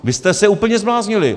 Vy jste se úplně zbláznili.